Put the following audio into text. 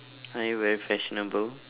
are you very fashionable